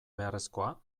beharrezkoa